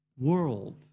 world